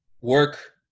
Work